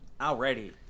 Already